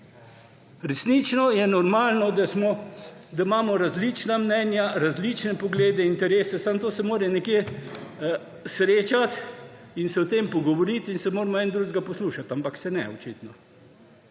Resnično je normalno, da imamo različna mnenja, različne poglede, interese, samo to se mora nekje srečati in se o tem pogovoriti in moramo eden drugega poslušati, ampak se očitno